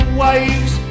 waves